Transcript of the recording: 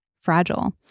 fragile